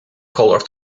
colored